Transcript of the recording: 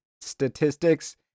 statistics